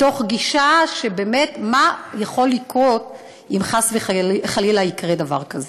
מתוך גישה של באמת מה יכול לקרות אם חס וחלילה יקרה דבר כזה.